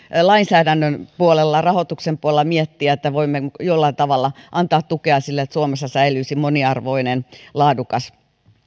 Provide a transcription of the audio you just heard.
lainsäädännön puolella rahoituksen puolella miettiä miten voimme jollain tavalla antaa tukea sille että suomessa säilyisi moniarvoinen laadukas